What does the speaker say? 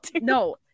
no